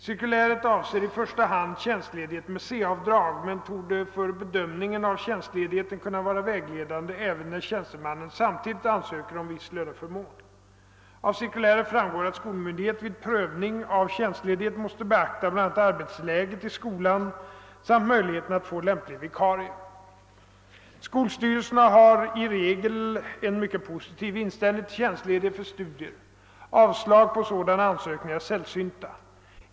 Cirkuläret avser i första hand tjänstledighet med C-avdrag men torde för bedömningen av tjänstledigheten kunna vara vägledande även när tjänstemannen samtidigt ansöker om viss löneförmån. Av cirkuläret framgår att skolmyndighet vid prövning av tjänstledighet måste beakta bl.a. ar betsläget i skolan samt möjligheten att få lämplig vikarie. Skolstyrelserna har i regel en mycket positiv inställning till tjänstledighet för studier. Avslag på sådana ansökningar är sällsynta.